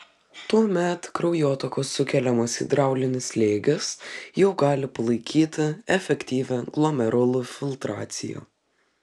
tuomet kraujotakos sukeliamas hidraulinis slėgis jau gali palaikyti efektyvią glomerulų filtraciją